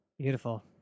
Beautiful